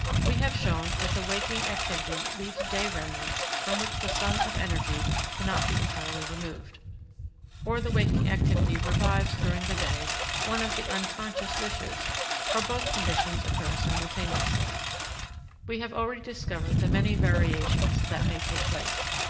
we have shown that the waking activity leaves day remnants from which the sum of energy cannot be entirely removed or the waking activity revives during the day one of the unconscious wishes or both conditions occur simultaneously we have already discovered the many variations that may take place.